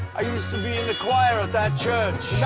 i used to be in the choir of that church!